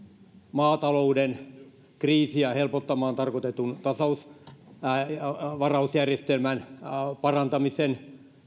maatalouden kriisiä helpottamaan tarkoitetun tasausvarausjärjestelmän parantamisen